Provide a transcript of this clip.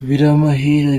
biramahire